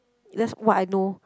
that's what I know